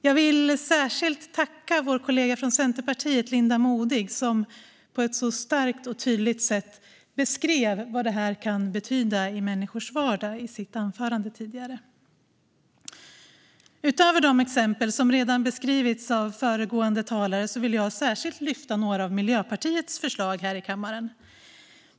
Jag vill särskilt tacka vår kollega från Centerpartiet, Linda Modig, som i sitt anförande tidigare på ett starkt och tydligt sätt beskrev vad det här kan betyda i människors vardag. Utöver de exempel som redan beskrivits av föregående talare vill jag särskilt lyfta några av Miljöpartiets förslag här i kammaren.